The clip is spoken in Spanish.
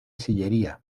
sillería